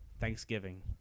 Thanksgiving